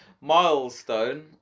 milestone